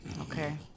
okay